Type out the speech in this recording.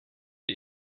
die